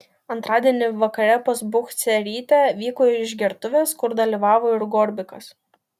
antradienį vakare pas buchcerytę vyko išgertuvės kur dalyvavo ir gorbikas